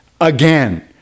again